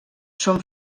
són